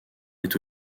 est